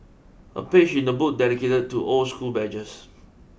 a page in the book dedicated to old school badges